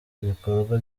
ibikorwa